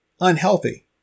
unhealthy